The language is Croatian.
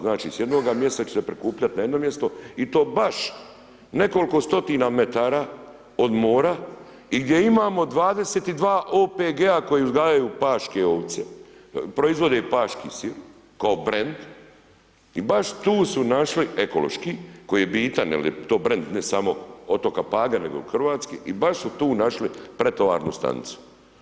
Znači, s jednog mjesta će se prikupljati na jedno mjesto i to baš nekoliko stotina metara od mora i gdje imamo 22 OPG-a koji uzgajaju paške ovce, proizvode paški sir, kao brand, i baš tu su našli, ekološki, koji je bitan jer je to brand, ne samo otoka Paga nego i hrvatski i baš su ti našli pretovarnu stanicu.